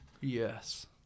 Yes